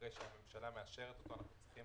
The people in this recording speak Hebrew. שאחרי שהממשלה מאשרת אותו אנחנו צריכים